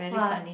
!wah!